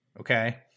okay